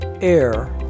air